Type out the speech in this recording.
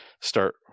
start